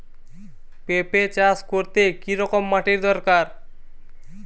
পেঁপে চাষ করতে কি রকম মাটির দরকার?